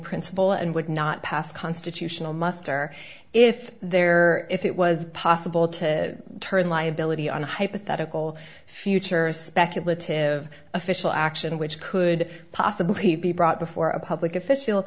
principle and would not pass constitutional muster if there if it was possible to turn liability on hypothetical future speculative official action which could possibly be brought before a public official